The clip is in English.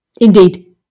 indeed